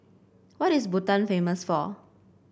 what is Bhutan famous for